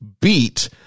beat